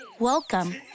Welcome